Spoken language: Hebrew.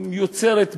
יוצרת בלבול,